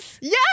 Yes